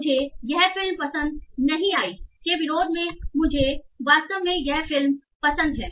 मुझे यह फिल्म पसंद नहीं आई के विरोध में मुझे वास्तव में यह फिल्म पसंद है